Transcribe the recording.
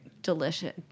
delicious